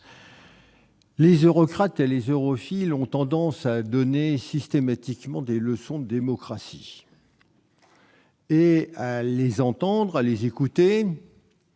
les eurocrates et les europhiles ont tendance à donner systématiquement des leçons de démocratie. À les écouter,